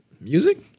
music